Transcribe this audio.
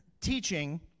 teaching